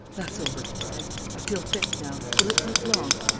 that's over, he said. i feel fit now. will it take long?